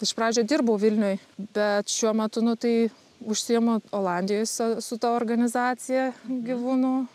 iš pradžių dirbau vilniuj bet šiuo metu nu tai užsiimu olandijos su ta organizacija gyvūnų